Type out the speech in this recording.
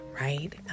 right